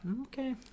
okay